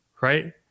right